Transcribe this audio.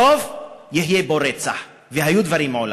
בסוף יהיה פה רצח, והיו דברים מעולם.